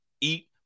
eat